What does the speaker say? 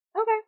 Okay